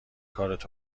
کارت